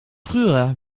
früher